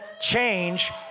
change